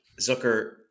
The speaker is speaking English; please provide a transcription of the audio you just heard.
zucker